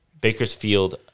Bakersfield